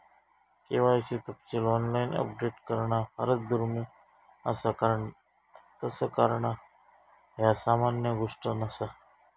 KYC तपशील online update करणा फारच दुर्मिळ असा कारण तस करणा ह्या सामान्य गोष्ट नसा